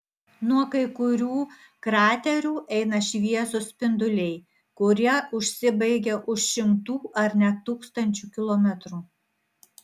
nuo kai kurių kraterių eina šviesūs spinduliai kurie užsibaigia už šimtų ar net tūkstančių kilometrų